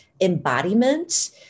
embodiment